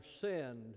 sinned